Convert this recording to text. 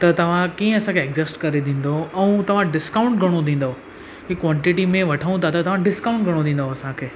त तव्हां कीअं असांखे एडजेस्ट करे ॾींदव ऐं तव्हां डिस्काउंट घणो ॾींदव की क़्वांटिटी में वठूं था तव्हां डिस्काउंट घणो ॾींदव असांखे